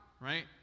right